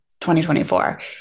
2024